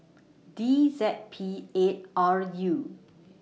D Z P eight R U